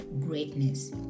greatness